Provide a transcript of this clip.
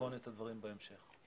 ולבחון את הדברים בהמשך.